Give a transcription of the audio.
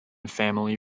family